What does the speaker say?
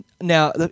Now